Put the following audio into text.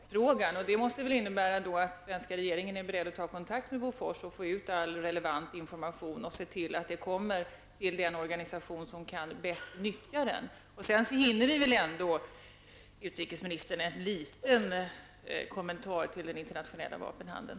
Herr talman! Detta är mycket bra. Den svenska fredsrörelsen har ställt denna fråga till Bofors, men man har ännu inte fått något svar. Jag kan då meddela fredsrörelsen att det kommer ett positivt besked i sakfrågan. Detta utrikesministerns svar måste innebära att regeringen är beredd att ta kontakt med Bofors för att få ut all relevant information och se till att denna når fram till den organisation som bäst kan nyttja den. Så hinner väl utrikesministern ändå ge en liten kommentar till den internationella vapenhandeln.